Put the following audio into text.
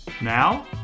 Now